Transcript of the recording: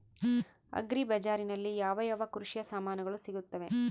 Agri ಬಜಾರಿನಲ್ಲಿ ಯಾವ ಯಾವ ಕೃಷಿಯ ಸಾಮಾನುಗಳು ಸಿಗುತ್ತವೆ?